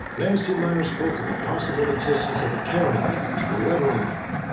nancy myers spoke of the possible existence of a carrying case with lettering on it.